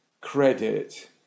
credit